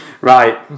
Right